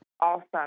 Awesome